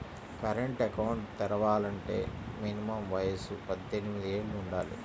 current account తెరవాలంటే minimum వయసు పద్దెనిమిది యేళ్ళు వుండాలి